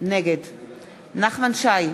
נגד נחמן שי,